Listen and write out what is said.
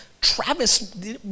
Travis